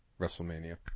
WrestleMania